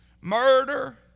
Murder